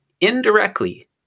indirectly